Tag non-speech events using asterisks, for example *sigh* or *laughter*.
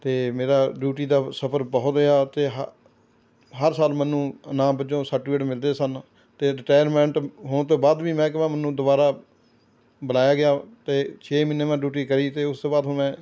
ਅਤੇ ਮੇਰਾ ਡਿਊਟੀ ਦਾ ਸਫ਼ਰ ਬਹੁਤ ਰਿਹਾ ਉੱਥੇ ਹਰ ਹਰ ਸਾਲ ਮੈਨੂੰ ਇਨਾਮ ਵਜੋਂ ਸਰਟੀਫਿਕੇਟ ਮਿਲਦੇ ਸਨ ਅਤੇ ਰਿਟਾਇਰਮੈਂਟ ਹੋਣ ਤੋਂ ਬਾਅਦ ਵੀ ਮਹਿਕਮਾ ਮੈਨੂੰ ਦੁਬਾਰਾ ਬੁਲਾਇਆ ਗਿਆ ਅਤੇ ਛੇ ਮਹੀਨੇ ਮੈਂ ਡਿਊਟੀ ਕਰੀ ਅਤੇ ਉਸ ਤੋਂ ਬਾਅਦ *unintelligible* ਮੈਂ